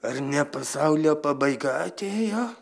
ar ne pasaulio pabaiga atėjo